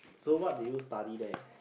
so what did you study there